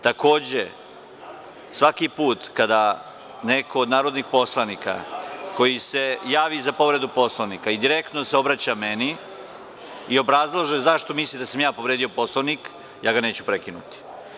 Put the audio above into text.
Takođe, svaki put kada neko od narodnih poslanika koji se javi za povredu Poslovnika i direktno se obraća meni i obrazlaže zašto misli da sam ja povredio Poslovnik, ja ga neću prekinuti.